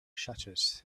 shutters